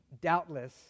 doubtless